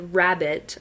rabbit